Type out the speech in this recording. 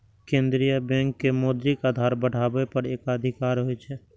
केंद्रीय बैंक के मौद्रिक आधार बढ़ाबै पर एकाधिकार होइ छै